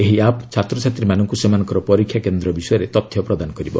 ଏହି ଆପ୍ ଛାତ୍ରଛାତ୍ରୀମାନଙ୍କୁ ସେମାନଙ୍କର ପରୀକ୍ଷାକେନ୍ଦ୍ର ବିଷୟରେ ତଥ୍ୟ ପ୍ରଦାନ କରିବ